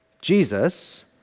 Jesus